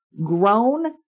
grown